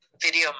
video